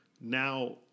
now